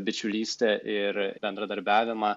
bičiulystę ir bendradarbiavimą